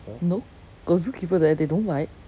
no got zookeeper there they don't bite